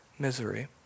misery